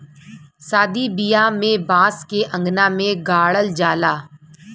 सादी बियाह में बांस के अंगना में गाड़ल जाला